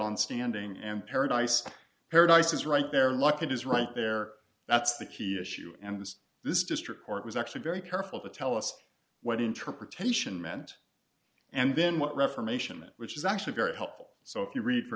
on standing and paradise paradise is right there look it is right there that's the key issue and this this district court was actually very careful to tell us what interpretation meant and then what reformation it which is actually very helpful so if you read for